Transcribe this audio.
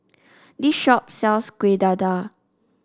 this shop sells Kuih Dadar